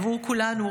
עבור כולנו,